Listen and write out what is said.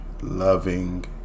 loving